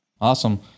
Awesome